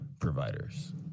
providers